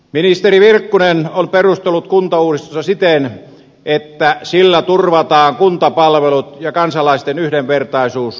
ministeri virkkunen on perustellut kuntauudistusta siten että sillä turvataan kuntapalvelut ja kansalaisten yhdenvertaisuus koko maassa